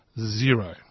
zero